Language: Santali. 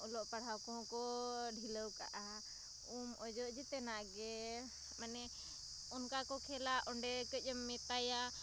ᱚᱞᱚᱜᱼᱯᱟᱲᱦᱟᱣ ᱠᱚᱦᱚᱸᱠᱚ ᱰᱷᱤᱞᱟᱹᱣᱠᱟᱜᱼᱟ ᱩᱢ ᱚᱡᱚᱜ ᱡᱚᱛᱚᱱᱟᱜ ᱜᱮ ᱢᱟᱱᱮ ᱚᱱᱠᱟᱠᱚ ᱠᱷᱮᱞᱟ ᱚᱸᱰᱮ ᱠᱟᱹᱡ ᱮᱢ ᱢᱮᱛᱟᱭᱟ